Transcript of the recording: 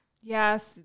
Yes